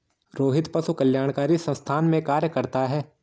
रोहित पशु कल्याणकारी संस्थान में कार्य करता है